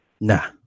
Nah